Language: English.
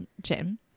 gym